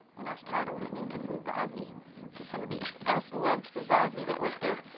and i was tired of listening to fugazi because somebody else loved fugazi that worked there.